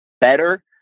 better